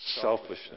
selfishness